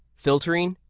filtering.